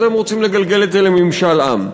אתם רוצים לגלגל את זה לממשל עם.